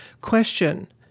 question